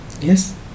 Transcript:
Yes